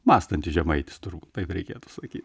mąstantis žemaitis turbūt reikėtų sakyt